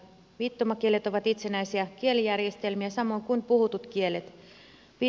viittomakielet ovat itsenäisiä kielijärjestelmiä samoin kuin puhutut kielet